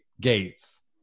gates